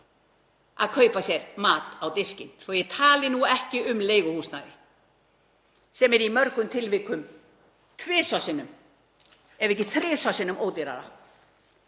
að kaupa sér mat á diskinn? Svo ég tali nú ekki um leiguhúsnæði sem er í mörgum tilvikum tvisvar sinnum ef ekki þrisvar sinnum ódýrara